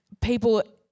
people